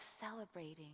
celebrating